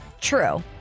True